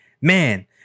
Man